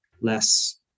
less